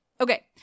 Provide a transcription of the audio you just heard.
Okay